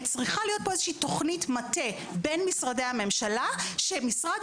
צריכה להיות פה איזושהי תוכנית מטה בין משרדי הממשלה שמשרד